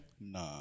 Nah